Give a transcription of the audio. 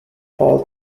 paul